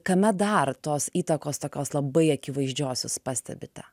kame dar tos įtakos tokios labai akivaizdžios jūs pastebite